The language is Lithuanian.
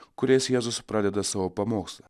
kuriais jėzus pradeda savo pamokslą